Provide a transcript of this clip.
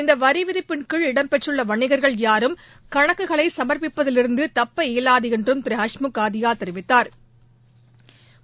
இந்த வரி விதிப்பின் கீழ இடம்பெற்றுள்ள வணிகள்கள் யாரும் கணக்குகளை சமா்பபிப்பதிவிருந்து தப்ப இயலாது என்றும் திரு ஹஸ்முக் ஆதியா தெரிவித்தாா்